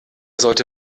sollte